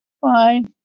Fine